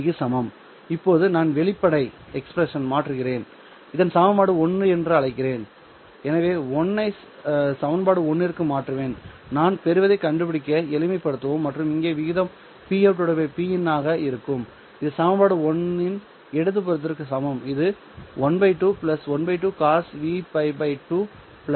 m க்கு சமம் இப்போது நான் வெளிப்பாட்டை மாற்றுகிறேன் இதை சமன்பாடு 1 என்று அழைக்கிறேன் எனவே 1 ஐ சமன்பாடு 1 ற்கு மாற்றுவேன் நான் பெறுவதைக் கண்டுபிடிக்க எளிமைப்படுத்தவும் எனவே இங்கே விகிதம் Pout Pin ஆக இருக்கும் இது சமன்பாடு 1 இன் இடது புறத்திற்கு சமம் இது 12 12 cos Vπ 2 k